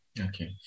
Okay